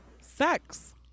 Sex